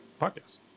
podcast